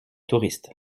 touriste